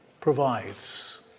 provides